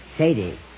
Sadie